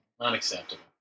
Unacceptable